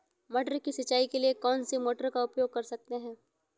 मटर की सिंचाई के लिए कौन सी मोटर का उपयोग कर सकते हैं?